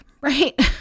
right